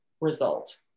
result